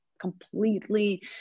completely